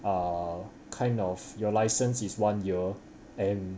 err kind of your license is one year and